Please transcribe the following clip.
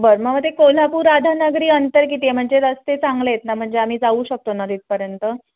बरं मग मग ते कोल्हापूर राधानगरी अंतर किती आहे म्हणजे रस्ते चांगले आहेत ना म्हणजे आम्ही जाऊ शकतो ना तिथपर्यंत